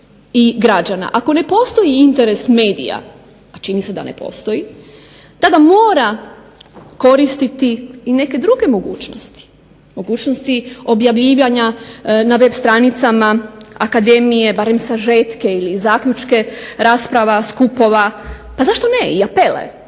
do građana. Ako ne postoji interes medija, a čini se da ne postoji, tada mora koristiti i neke druge mogućnosti, mogućnosti objavljivanja na web stranicama akademije barem sažetke ili zaključke rasprava, skupova, pa zašto ne i apele,